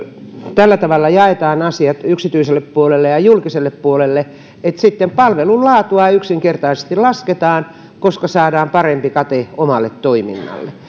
tällä tavalla jaetaan asiat yksityiselle puolelle ja julkiselle puolelle että sitten palvelun laatua yksinkertaisesti lasketaan koska saadaan parempi kate omalle toiminnalle